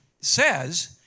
says